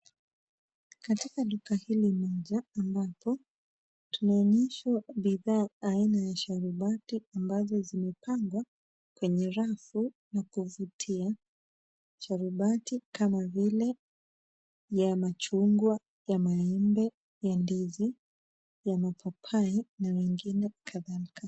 Katika duka hili moja ambapo tunaonyeshwa bidhaa aina ya sharubati ambazo zimepangwa kwenye rafu na kuvutia. Sharubati kama vile ya machungwa, ya maembe, ya ndizi, ya mapapai na mengine kadhalika.